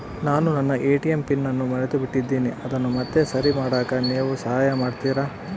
ನಾನು ನನ್ನ ATM PIN ಅನ್ನು ಮರೆತುಬಿಟ್ಟೇನಿ ಅದನ್ನು ಮತ್ತೆ ಸರಿ ಮಾಡಾಕ ನೇವು ಸಹಾಯ ಮಾಡ್ತಿರಾ?